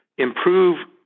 improve